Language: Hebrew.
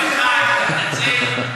מתנצל.